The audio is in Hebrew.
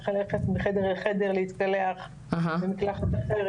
צריך ללכת מחדר לחדר להתקלח במקלחת אחרת.